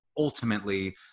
Ultimately